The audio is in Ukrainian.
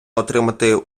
отримати